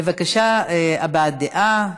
בבקשה, הבעת דעה.